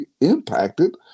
impacted